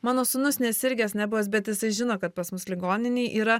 mano sūnus nesirgęs nebuvęs bet jisai žino kad pas mus ligoninėj yra